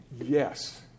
Yes